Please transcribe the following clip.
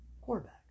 quarterback